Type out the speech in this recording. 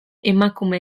emakume